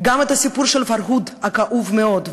גם לסיפור של ה"פרהוד" הכאוב-מאוד,